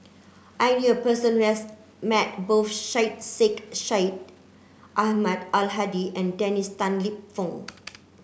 I knew a person who has met both Syed Sheikh Syed Ahmad Al Hadi and Dennis Tan Lip Fong